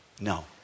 No